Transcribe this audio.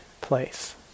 place